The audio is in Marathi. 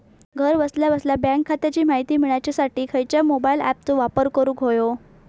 घरा बसल्या बसल्या बँक खात्याची माहिती मिळाच्यासाठी खायच्या मोबाईल ॲपाचो वापर करूक होयो?